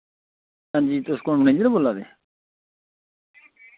हां जी तुस कौन मनेंजर होर बोल्ला दे